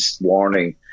warning